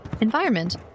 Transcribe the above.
environment